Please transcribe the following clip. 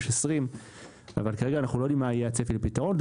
כביש 20 אבל כרגע אנחנו לא יודעים מה יהיה הצפי לפתרון.